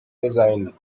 design